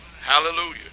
Hallelujah